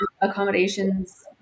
accommodations